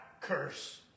curse